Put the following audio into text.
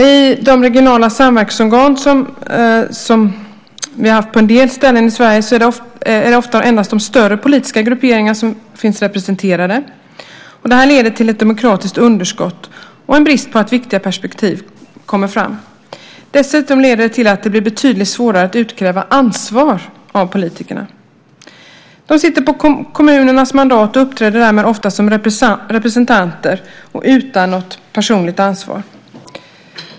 I de regionala samverkansorgan som vi har haft på en del håll i Sverige är ofta endast de större politiska grupperingarna representerade. Det leder till ett demokratiskt underskott och brist på viktiga perspektiv. Dessutom leder det till att det blir betydligt svårare att utkräva ansvar av politikerna. De sitter på kommunernas mandat och uppträder därmed ofta som representanter utan något personligt ansvar.